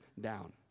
down